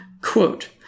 Quote